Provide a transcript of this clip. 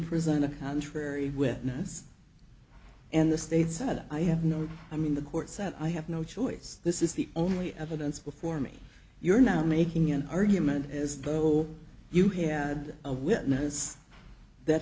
prison a contrary witness and the state said i have no i mean the court said i have no choice this is the only evidence before me you're now making an argument as though you had a witness that